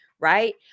Right